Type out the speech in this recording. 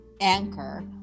Anchor